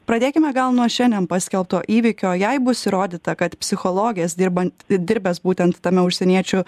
pradėkime gal nuo šiandien paskelbto įvykio jei bus įrodyta kad psichologės dirbant dirbęs būtent tame užsieniečių